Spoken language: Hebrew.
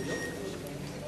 שלוש דקות.